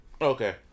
Okay